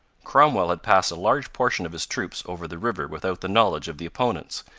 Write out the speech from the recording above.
cromwell had passed a large portion of his troops over the river without the knowledge of the opponents,